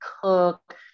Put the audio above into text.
cook